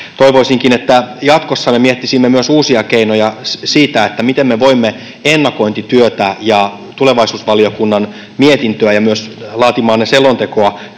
Toivoisinkin, että jatkossa me miettisimme myös uusia keinoja, miten me voimme ennakointityötä ja tulevaisuusvaliokunnan mietintöä ja laatimaanne selontekoa